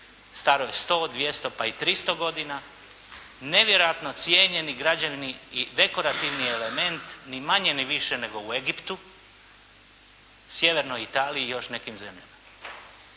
staroj 100, 200, pa i 300 godina, nevjerojatno cijenjeni građani i dekorativni element, ni manje, ni više u Egiptu, Sjevernoj Italiji i još nekim zemljama.